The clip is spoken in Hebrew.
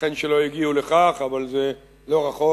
ייתכן שלא יגיעו לכך, אבל זה לא רחוק.